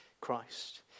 Christ